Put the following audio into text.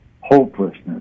hopelessness